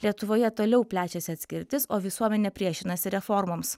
lietuvoje toliau plečiasi atskirtis o visuomenė priešinasi reformoms